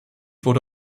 wurde